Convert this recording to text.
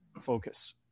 focus